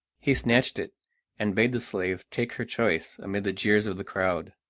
he snatched it and bade the slave take her choice, amid the jeers of the crowd.